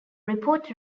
report